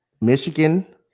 Michigan